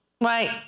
Right